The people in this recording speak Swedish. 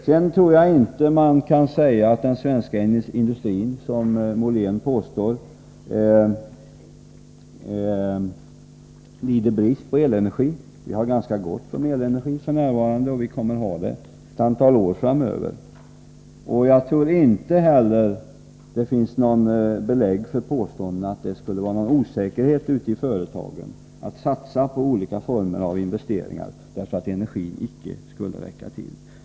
Sedan tror jag inte att man kan säga att den svenska industrin — som Molén påstår — lider brist på elenergi. Vi har f. n. ganska gott om elenergi, och vi kommer att ha det ett antal år framöver. Jag tror inte heller att det finns något belägg för påståendena att det skulle råda någon osäkerhet ute i företagen när det gäller att satsa på olika investeringar på grund av att energin icke skulle räcka till.